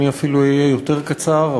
אני אפילו אהיה יותר קצר,